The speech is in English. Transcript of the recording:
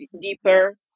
deeper